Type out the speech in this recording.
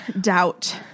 Doubt